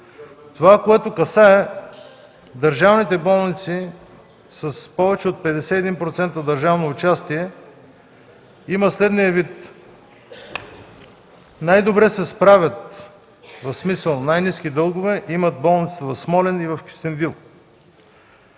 Това, което касае държавните болници с повече от 51% държавно участие, има следния вид. Най-добре се справят, в смисъл имат най-ниски дългове, болниците в Смолян и в Кюстендил,